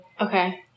Okay